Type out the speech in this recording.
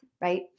Right